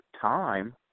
time